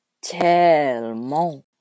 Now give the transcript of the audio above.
Tellement